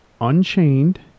Unchained